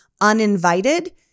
uninvited